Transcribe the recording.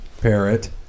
Parrot